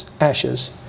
ashes